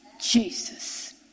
Jesus